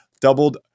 doubled